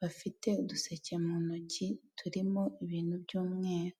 bafite uduseke mu ntoki turimo ibintu by'umweru.